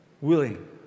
willing